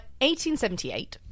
1878